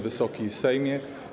Wysoki Sejmie!